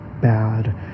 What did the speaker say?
bad